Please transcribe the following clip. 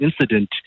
incident